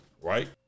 right